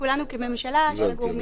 כולנו כממשלה של הגורמים --- אני הבנתי.